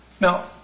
Now